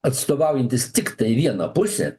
atstovaujantys tiktai vieną pusę